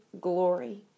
glory